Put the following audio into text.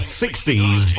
60s